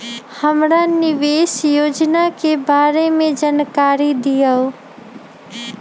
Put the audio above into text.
हमरा निवेस योजना के बारे में जानकारी दीउ?